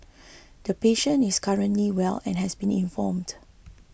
the patient is currently well and has been informed